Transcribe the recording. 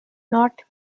not